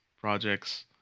projects